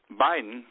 Biden